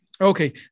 Okay